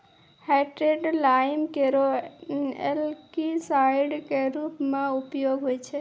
hydrated lime केरो algicide क रूप म उपयोग होय छै